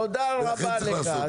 תודה רבה לך.